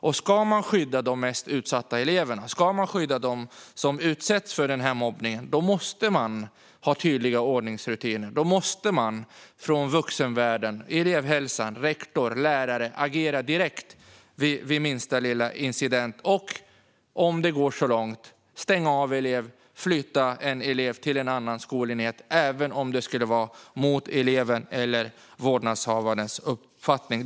Om man ska skydda de mest utsatta eleverna, de som utsätts för mobbningen, måste man ha tydliga ordningsrutiner. Då måste vuxenvärlden - elevhälsa, rektor och lärare - agera direkt vid minsta lilla incident. Och om det går så långt måste man stänga av eller flytta en elev till en annan skolenhet, även om det skulle vara mot elevens eller vårdnadshavarens uppfattning.